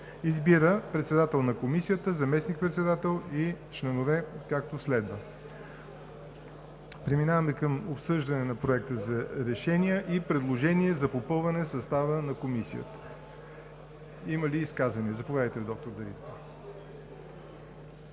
Избира председател на Комисията, заместник-председател и членове както следва.“ Преминаваме към обсъждане на Проекта за решение и предложение за попълване състава на Комисията. Има ли изказвания? Заповядайте, доктор Дариткова.